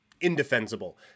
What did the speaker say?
indefensible